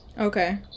okay